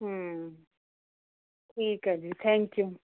ਹੂੰ ਠੀਕ ਐ ਜੀ ਥੈਂਕਿਊ